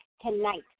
tonight